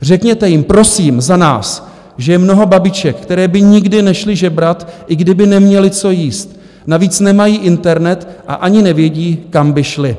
Řekněte jim, prosím, za nás, že je mnoho babiček, které by nikdy nešly žebrat, i kdyby neměly co jíst, navíc nemají internet a ani nevědí, kam by šly.